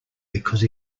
because